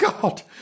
God